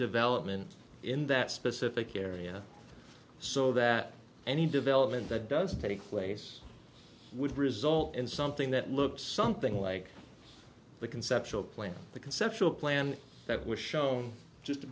development in that specific area so that any development that does take place would result in something that looks something like the conceptual plan the conceptual plan that was shown just to